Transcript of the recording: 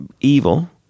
evil